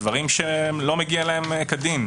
דברים שלא מגיעים להם כדין,